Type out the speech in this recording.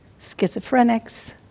schizophrenics